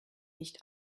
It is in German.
nicht